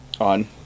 on